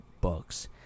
books